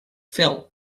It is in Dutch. fel